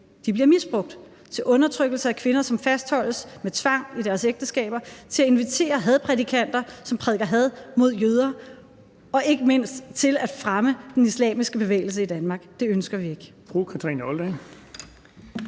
bliver misbrugt: til undertrykkelse af kvinder, som fastholdes med tvang i deres ægteskaber, til at invitere hadprædikanter, som prædiker had mod jøder, og ikke mindst til at fremme den islamiske bevægelse i Danmark. Det ønsker vi ikke.